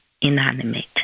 inanimate